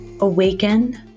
awaken